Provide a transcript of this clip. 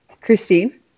Christine